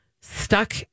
stuck